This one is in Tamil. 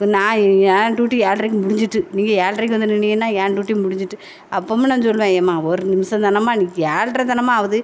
நான் என் டூட்டி ஏழ்ரைக்கு முடிஞ்சிட்டு நீங்கள் ஏழ்ரைக்கு வந்து நின்னிங்கன்னா என் டூட்டி முடிஞ்சுட்டு அப்பறமும் நான் சொல்வேன் ஏம்மா ஒரு நிமிடம் தானம்மா ஏல்ழ்ரைதானம்மா ஆகுது